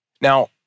Now